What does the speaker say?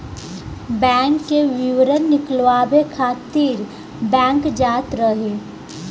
bank के विवरण निकालवावे खातिर बैंक जात रही